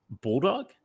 Bulldog